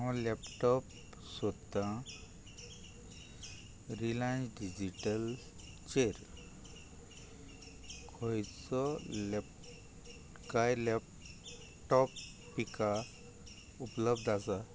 हांव लॅपटॉप सोदतां Reliance digital चेर खंयचो लॅपकाय लॅपटॉप पिका उपलब्ध आसा